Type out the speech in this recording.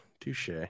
touche